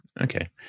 Okay